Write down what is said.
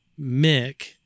Mick